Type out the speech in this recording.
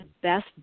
best